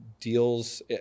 deals